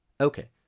Okay